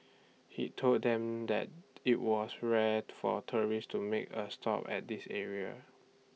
he told them that IT was rare for tourists to make A stop at this area